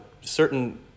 certain